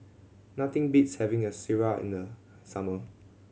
nothing beats having a sireh in the summer